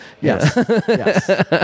Yes